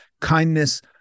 Kindness